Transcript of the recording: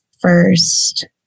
first